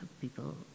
people